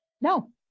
No